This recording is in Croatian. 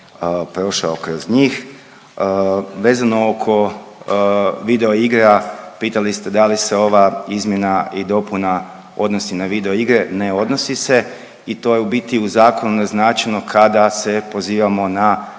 prošao kroz njih. Vezano oko video igara pitali ste da li se ova izmjena i dopuna odnosi na video igre. Ne odnosi se i to je u biti u zakonu označeno kada se pozivamo na